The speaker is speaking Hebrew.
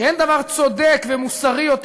שאין דבר צודק ומוסרי יותר,